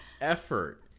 effort